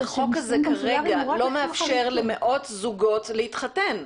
החוק הזה כרגע לא מאפשר למאות זוגות להתחתן.